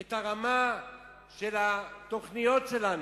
קצת את הרמה של התוכניות שלנו?